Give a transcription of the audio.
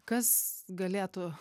kas galėtų